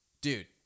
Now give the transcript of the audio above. Dude